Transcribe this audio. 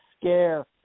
scare